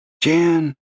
Jan